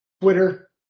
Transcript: Twitter